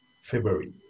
February